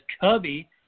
Cubby